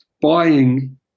buying